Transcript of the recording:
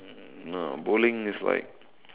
no bowling is like